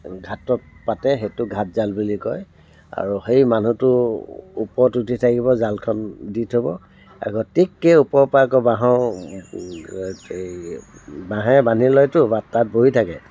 ঘাটত পাতে সেইটো ঘাটজাল বুলি কয় আৰু সেই মানুহটো ওপৰত উঠি থাকিব জালখন দি থ'ব আকৌ টিককে ওপৰৰ পৰা আকৌ বাঁহৰ এই বাঁহেৰে বান্ধি লয়তো তাত বহি থাকে